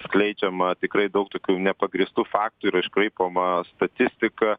skleidžiama tikrai daug tokių nepagrįstų faktų yra iškraipoma statistika